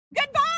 Goodbye